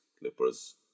clippers